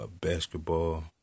basketball